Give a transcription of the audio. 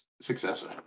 successor